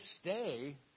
stay